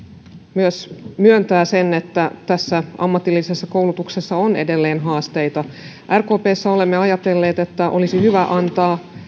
myös myöntää sen että tässä ammatillisessa koulutuksessa on edelleen haasteita rkpssä olemme ajatelleet että olisi hyvä antaa